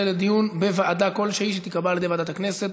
לדיון בוועדה כלשהי שתיקבע על ידי ועדת הכנסת.